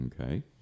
Okay